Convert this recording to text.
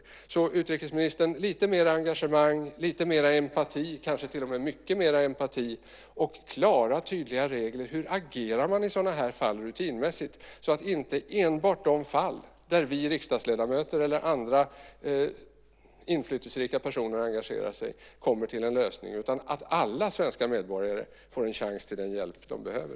Jag ber utrikesministern visa lite mer engagemang, lite mer empati, kanske till och med mycket mer empati, och klara och tydliga regler för hur man agerar i sådana här fall rutinmässigt, så att inte enbart de fall där vi riksdagsledamöter eller andra inflytelserika personer engagerar sig kommer till en lösning. Alla svenska medborgare ska få en chans till den hjälp som de behöver.